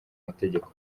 mategeko